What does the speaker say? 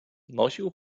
nosił